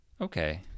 Okay